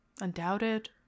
Undoubted